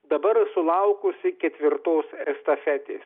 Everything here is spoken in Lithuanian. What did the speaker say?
dabar sulaukusi ketvirtos estafetės